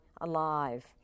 alive